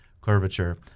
curvature